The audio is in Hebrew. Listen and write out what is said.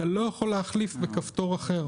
אתה לא יכול להחליף בכפתור אחר.